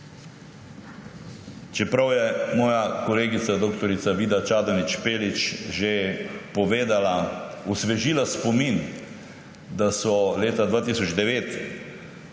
Čeprav je moja kolegica dr. Vida Čadonič Špelič že povedala, osvežila spomin, da so leta 2009